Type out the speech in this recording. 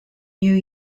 new